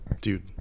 dude